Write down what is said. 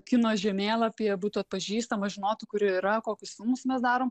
kino žemėlapyje būtų atpažįstama žinotų kur ji yra kokius filmus mes darom